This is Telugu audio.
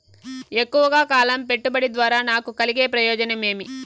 ఎక్కువగా కాలం పెట్టుబడి ద్వారా నాకు కలిగే ప్రయోజనం ఏమి?